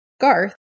Garth